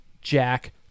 Jack